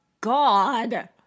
God